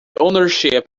ownership